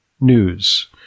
News